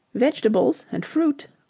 vegetables and fruit.